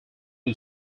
who